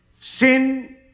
Sin